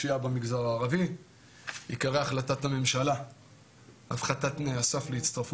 התשפ"ב- 2021. 2. הצעת צו לייעול האכיפה והפיקוח העירוניים ברשויות